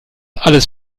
alles